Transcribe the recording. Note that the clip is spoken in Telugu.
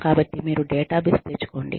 కాబట్టి మీరు డేటాబేస్ తెచ్చుకోండి